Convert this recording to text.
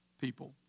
people